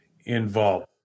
involved